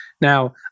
Now